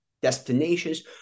destinations